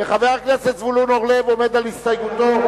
חבר הכנסת זבולון אורלב, עומד על הסתייגותו?